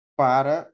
para